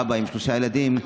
אבא עם שלושה ילדים,